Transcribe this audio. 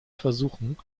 versuchen